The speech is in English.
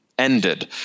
ended